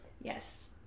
Yes